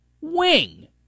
Wing